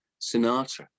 Sinatra